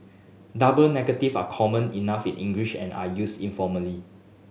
double negative are common enough in English and are used informally